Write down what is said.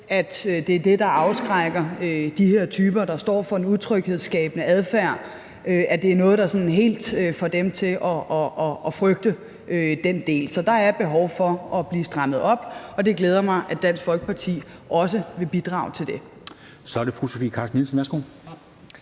at det er det, der afskrækker de her typer, der står for en utryghedsskabende adfærd – at det er noget, der sådan helt får dem til at frygte den del. Så der er behov for at stramme op, og det glæder mig, at Dansk Folkeparti også vil bidrage til det. Kl. 10:19 Formanden (Henrik Dam